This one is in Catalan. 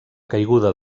caiguda